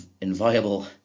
inviolable